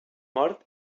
mort